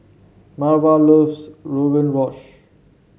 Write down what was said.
Marva loves Rogan Josh